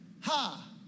ha